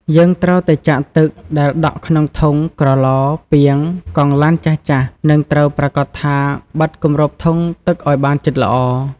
យើងត្រូវតែចាក់ទឹកដែលដក់ក្នុងធុង ក្រឡ ពាង កង់ឡានចាស់ៗ និងត្រូវប្រាកដថាបានបិទគម្របធុងទឹកឲ្យបានជិតល្អ។